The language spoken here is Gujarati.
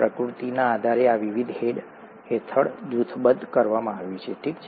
પ્રકૃતિના આધારે આ વિવિધ હેડ હેઠળ જૂથબદ્ધ કરવામાં આવ્યું છે ઠીક છે